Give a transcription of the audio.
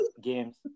games